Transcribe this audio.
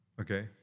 Okay